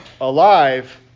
alive